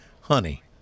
Honey